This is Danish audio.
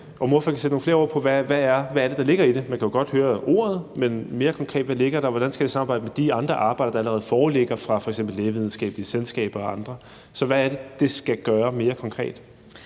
hvad det er, der ligger i det? Man kan godt høre det i ordet, men hvad ligger der mere konkret i det? Hvordan skal de samarbejde med de andre arbejder, der allerede foreligger fra f.eks. Lægevidenskabeligt Selskab og andre? Hvad er det, det skal gøre, mere konkret?